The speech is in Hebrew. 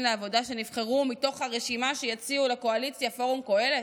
לעבודה שנבחרו מתוך רשימה שיציע לקואליציה פורום קהלת?